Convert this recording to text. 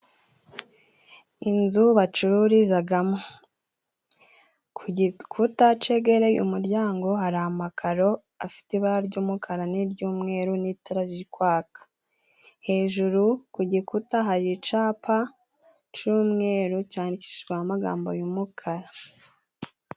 Inzu bacururizagamo; ku gikuta cegereye umuryango hari amakaro afite ibara ry'umukara n'iry'umweru, n'itara riri kwaka. Hejuru ku gikuta hari icapa c'umweru candikishijweho amagambo y'umukara.